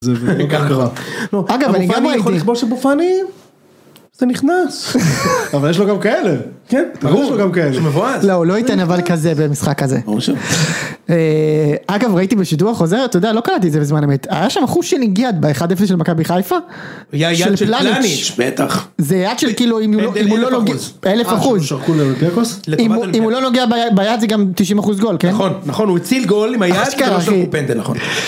זה... בדיחה טובה. - אגב אני גם הייתי... - יכול לכבוש בופנים? זה נכנס. - אבל יש לו גם כאלה? - כן ברור. - ברור שיש לו גם כאלה. - שמבואס... - לא, הוא לא יתן אבל כזה, במשחק כזה... - ברור שלא. - אה... אגב, ראיתי בשידור החוזר... אתה יודע? לא קלטתי את זה בזמן אמת! היה שם אחוז של נגיעת יד, ב-1-0 של מכבי-חיפה. של.. של.. - יד של נאליץ'! בטח... - זה יד של כאילו... אם הוא לא... אם הוא לא נוגע... - 1000%. - 1000%. - אם הוא לא... לא... נוגע ביד ביד, זה גם 90% גול! - נכון, נכון! הוא הציל גול עם היד ורשום "פנדל", נכון.